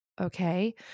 Okay